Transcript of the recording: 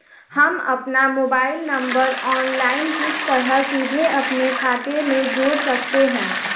हम अपना mobile number online किस तरह सीधे अपने खाते में जोड़ सकते हैं?